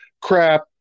crap